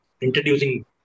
introducing